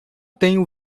tenho